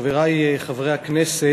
חברי חברי הכנסת,